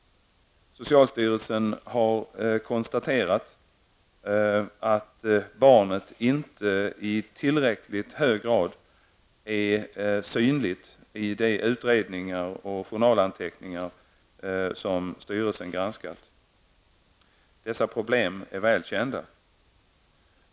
Socialstyrelsen har konstaterat att barnet inte i tillräckligt hög grad är synligt i de utredningar och journalanteckningar som styrelsen granskat. Dessa problem är väl kända.